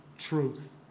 truth